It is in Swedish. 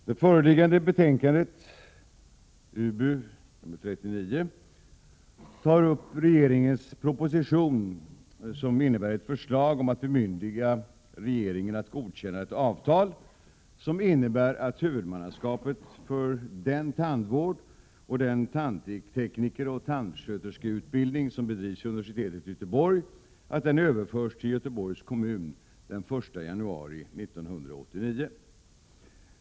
Det föreliggande betänkandet från utbildningsutskottet nr 39 tar upp regeringens proposition som innehåller ett förslag om att bemyndiga regeringen att godkänna ett avtal som innebär att huvudmannaskapet för den tandvårds-, tandteknikeroch tandsköterskeutbildning som bedrivs vid universitetet i Göteborg överförs till Göteborgs kommun den 1 januari 1989.